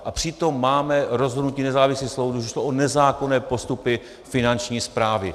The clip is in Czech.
A přitom máme rozhodnutí nezávislých soudů, že šlo o nezákonné postupy Finanční správy.